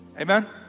Amen